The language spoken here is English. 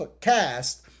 cast